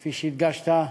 כפי שהדגשת,